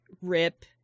rip